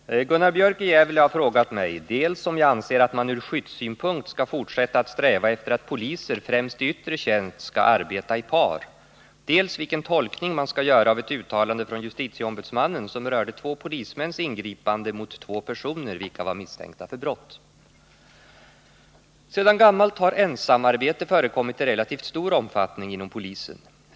Herr talman! Gunnar Björk i Gävle har frågat mig dels om jag anser att man ur skyddssynpunkt skall fortsätta att sträva efter att poliser främst i yttre tjänst skall arbeta i par, dels vilken tolkning man skall göra av ett uttalande från justitieombudsmannen som rörde två polismäns ingripande mot två personer vilka var misstänkta för brott. Sedan gammalt har ensamarbete förekommit i relativt stor omfattning inom polisen.